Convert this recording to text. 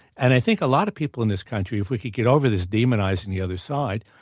and i think a lot of people in this country, if we could get over this demonizing the other side,